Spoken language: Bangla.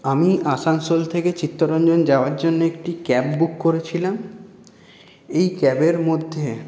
আমি আসানসোল থেকে চিত্তরঞ্জন যাওয়ার জন্যে একটি ক্যাব বুক করেছিলাম এই ক্যাবের মধ্যে